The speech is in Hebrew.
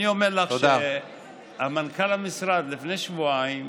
אני אומר לך שמנכ"ל המשרד לפני שבועיים